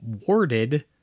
warded